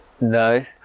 No